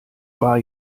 war